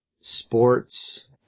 sports